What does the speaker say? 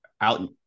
out